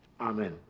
Amen